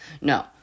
No